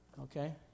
Okay